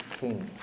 kings